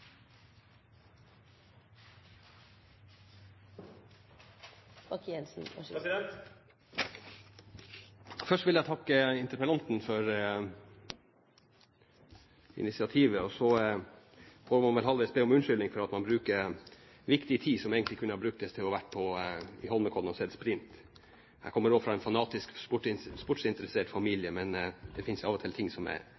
på Fremskrittspartiet. Først vil jeg takke interpellanten for initiativet, og så må man vel halvveis be om unnskyldning for at man bruker viktig tid som egentlig kunne ha blitt brukt til å være i Holmenkollen og sett sprint. Jeg kommer fra en fanatisk sportsinteressert familie – men det finnes av og til ting som er